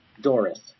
Doris